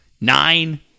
nine